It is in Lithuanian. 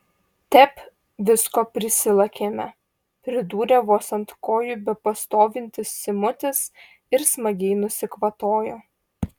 tep visko prisilakėme pridūrė vos ant kojų bepastovintis simutis ir smagiai nusikvatojo